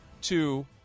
two